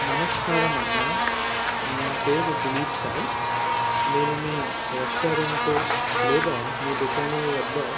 నమస్కారం అన్నా నా పేరు దిలీప్ సాయి నేను మీ రెస్టారెంట్ లేదా మీ దుకాణం వద్ద